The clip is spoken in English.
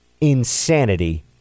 insanity